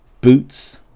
Boots